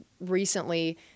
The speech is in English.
recently